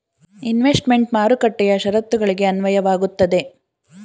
investment ಮಾರುಕಟ್ಟೆಯ ಶರತ್ತುಗಳಿಗೆ ಅನ್ವಯವಾಗುತ್ತದೆ